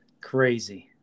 Crazy